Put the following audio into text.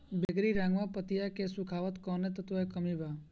बैगरी रंगवा पतयी होके सुखता कौवने तत्व के कमी बा?